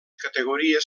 categories